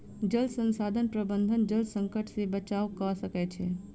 जल संसाधन प्रबंधन जल संकट से बचाव कअ सकै छै